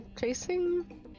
chasing